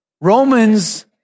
Romans